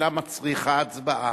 על מנת להכינה לקריאה שנייה ושלישית.